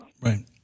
Right